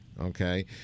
Okay